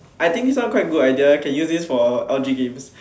I think this one quite good idea leh can use this for L_G games